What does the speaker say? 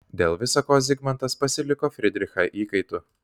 dėl visa ko zigmantas pasiliko fridrichą įkaitu